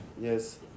Yes